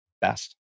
best